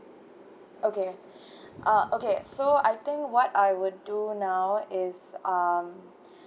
okay ah okay so I think what I would do now is um